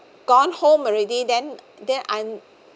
gone home already then then I'm